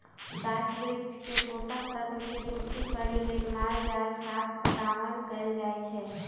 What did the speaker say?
गाछ वृक्ष के पोषक तत्व के पूर्ति करे लेल माल जाल खाद पटाओन कएल जाए छै